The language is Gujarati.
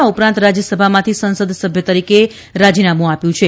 આ ઉપરાંત રાજયસભામાંથી સંસદસભ્ય તરીકે રાજીનામું આપ્યું છે